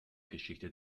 geschichte